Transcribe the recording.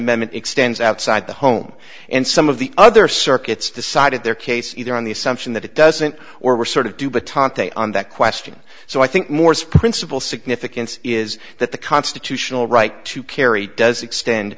amendment extends outside the home and some of the other circuits decided their case either on the assumption that it doesn't or we're sort of do baton today on that question so i think morse principle significance is that the constitutional right to carry does extend